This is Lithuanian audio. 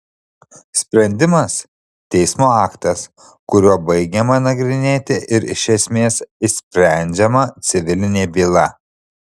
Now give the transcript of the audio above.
sprendimas teismo aktas kuriuo baigiama nagrinėti ir iš esmės išsprendžiama civilinė byla